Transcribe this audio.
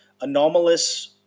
anomalous